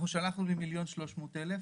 שלחנו ל-1.3 מיליון,